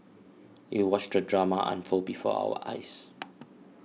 we watched the drama unfold before our eyes